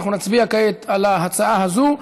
אנחנו נצביע כעת על ההצעה הזאת.